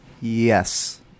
Yes